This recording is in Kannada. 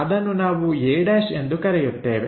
ಅದನ್ನು ನಾವು a' ಎಂದು ಕರೆಯುತ್ತೇವೆ